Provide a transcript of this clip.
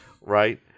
Right